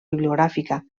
bibliogràfica